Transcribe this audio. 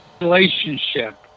relationship